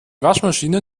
waschmaschine